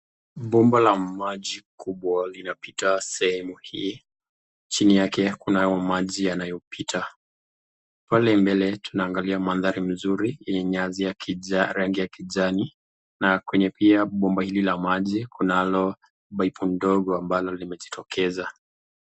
Bomba la maji kubwa linapita sehemu hii. Chini yake kunao maji yanayopita. Pale mbele tunangalia mandhari mzuri yenye nyasi ya rangi ya kijani na kwenye pia bomba hili la maji kunalo paipu ndogo ambalo limejitokeza.